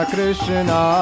Krishna